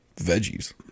Veggies